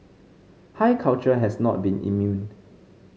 high culture has not been immune